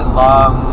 long